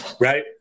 Right